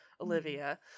Olivia